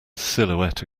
silhouette